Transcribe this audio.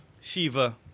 Shiva